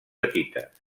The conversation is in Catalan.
petites